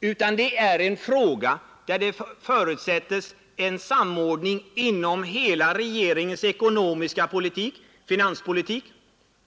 Lokaliseringsfrågorna förutsätter en samordning inom regeringens hela ekonomiska politik, finanspolitik,